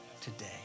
today